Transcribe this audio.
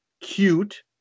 cute